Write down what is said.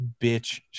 bitch